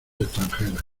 extranjeras